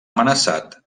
amenaçat